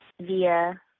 via